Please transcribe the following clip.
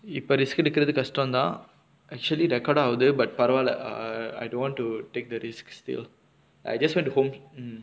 இப்ப:ippa risk எடுக்குறது கஷ்டோதா:edukkurathu kashtothaa actually record ஆகுது:aaguthu but பரவால:paravaala err I don't want to take the risk still I just went to home mm